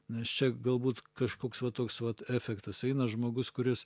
nes čia galbūt kažkoks va toks vat efektas eina žmogus kuris